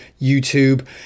YouTube